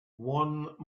one